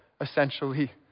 essentially